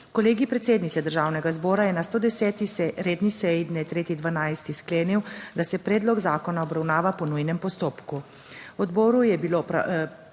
Kolegij predsednice Državnega zbora je na 110. redni seji dne 3. 12. sklenil, da se predlog zakona obravnava po nujnem postopku. Odboru je bilo posredovano